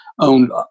owned